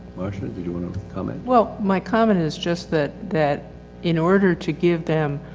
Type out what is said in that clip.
marsha did you want to comment? well, my comment is just that, that in order to give them.